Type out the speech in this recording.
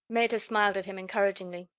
meta smiled at him, encouragingly,